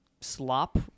slop